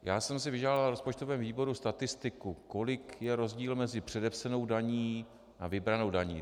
Já jsem si vyžádal na rozpočtovém výboru statistiku, kolik je rozdíl mezi předepsanou daní a vybranou daní.